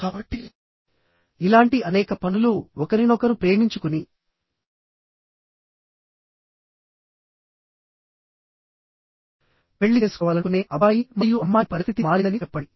కాబట్టి ఇలాంటి అనేక పనులు ఒకరినొకరు ప్రేమించుకుని పెళ్లి చేసుకోవాలనుకునే అబ్బాయి మరియు అమ్మాయి పరిస్థితి మారిందని చెప్పండి